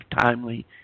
timely